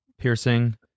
piercing